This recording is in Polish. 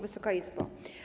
Wysoka Izbo!